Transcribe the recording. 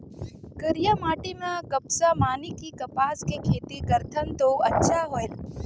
करिया माटी म कपसा माने कि कपास के खेती करथन तो अच्छा होयल?